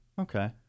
Okay